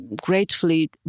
gratefully